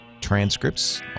transcripts